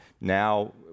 now